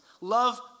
Love